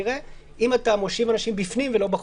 אם אתה מושיב אנשים בפנים ולא בחוץ.